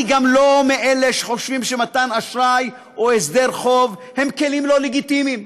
אני גם לא מאלה שחושבים שמתן אשראי או הסדר חוב הם כלים לא לגיטימיים,